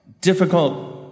difficult